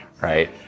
right